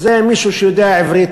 זה מישהו שיודע עברית,